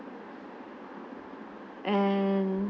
and